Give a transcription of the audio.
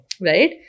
right